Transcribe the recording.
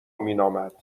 مینامد